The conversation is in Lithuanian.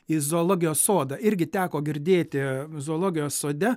į zoologijos sodą irgi teko girdėti zoologijos sode